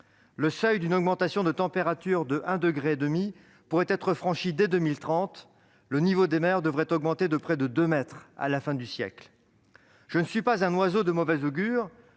Le seuil d'une augmentation de température de 1,5 degré pourrait être franchi dès 2030. Le niveau des mers devrait augmenter de près de deux mètres d'ici à la fin du siècle. Sans vouloir être un oiseau de mauvais augure,